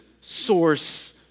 source